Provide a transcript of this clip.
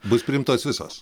bus priimtos visos